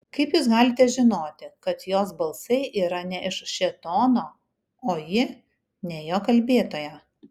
kaip jūs galite žinoti kad jos balsai yra ne iš šėtono o ji ne jo kalbėtoja